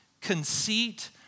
conceit